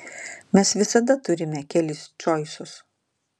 mes visada turime kelis čoisus